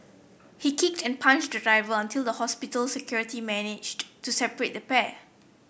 he kicked and punched the driver until the hospital security managed to separate the pair